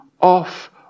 off